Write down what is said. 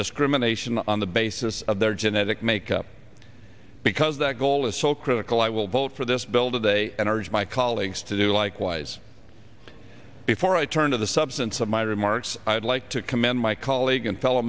discrimination on the basis of their genetic makeup because that goal is so critical i will vote for this build a day and urged my colleagues to do likewise before i turn to the substance of my remarks i'd like to commend my colleague and fell